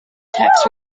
tax